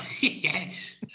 Yes